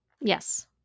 Yes